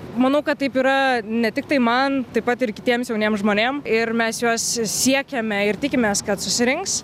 manau kad taip yra ne tiktai man taip pat ir kitiems jauniems žmonėm ir mes juos siekiame ir tikimės kad susirinks